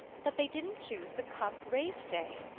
that they didn't choose the cup race day!